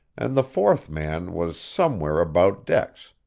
and the fourth man was somewhere about decks,